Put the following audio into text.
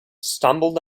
stumbled